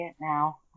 now